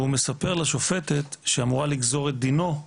והוא מספר לשופטת שאמורה לגזור את דינו,